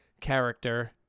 character